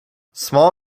small